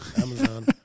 Amazon